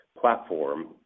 platform